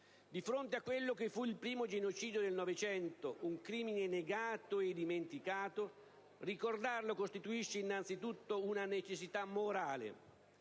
Di fronte a quello che fu il primo genocidio del Novecento, un crimine negato e dimenticato, ricordarlo costituisce innanzitutto una necessità morale: